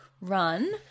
run